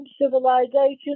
civilization